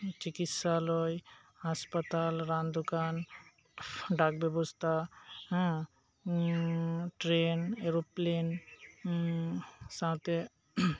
ᱪᱤᱠᱤᱪᱪᱷᱟ ᱞᱚᱭ ᱦᱟᱸᱥᱯᱟᱛᱟᱞ ᱨᱟᱱ ᱫᱚᱠᱟᱱ ᱰᱟᱠ ᱵᱮᱵᱚᱥᱛᱟ ᱦᱮᱸᱴᱨᱮᱱ ᱮᱨᱳᱯᱞᱮᱱ ᱥᱟᱶᱛᱮ